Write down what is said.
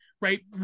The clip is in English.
right